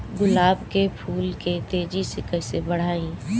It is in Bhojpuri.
गुलाब के फूल के तेजी से कइसे बढ़ाई?